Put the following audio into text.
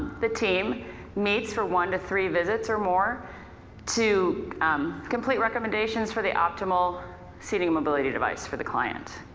the team meets for one to three visits or more to complete recommendations for the optimal seating mobility device for the client.